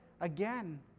again